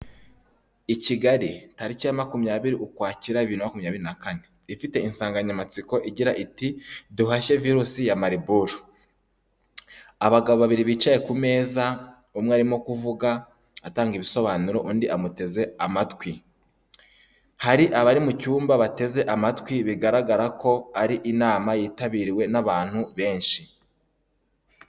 I Kigali tariki ya makumyabiri ukwakira bibiri na makumyabiri na kane ifite insanganyamatsiko igira iti duhashye virusi ya Maribol. Abagabo babiri bicaye ku meza umwe arimo kuvuga atanga ibisobanuro undi amuteze amatwi. Hari abari mucyumba bateze amatwi bigaragarako ari inama yitabiriwe n'abantu benshi.